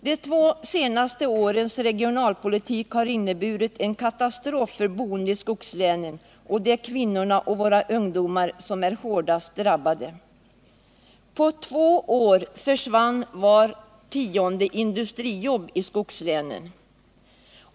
De två senaste årens regionalpolitik har inneburit en katastrof för de boende i skogslänen, och det är kvinnorna och våra ungdomar som drabbats hårdast. På två år försvann vart tionde industrijobb i skogslänen.